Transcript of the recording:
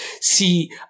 see